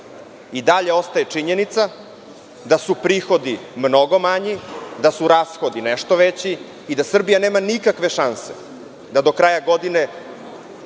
i dalje ostaje činjenica da su prihodi mnogo manji, da su rashodi nešto veći i da Srbija nema nikakve šanse da do kraja godine